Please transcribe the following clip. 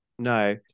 no